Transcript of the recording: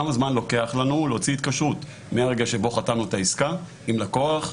כמה זמן לוקח לנו להוציא התקשרות מהרגע שבו חתמנו על העסק עם לקוח,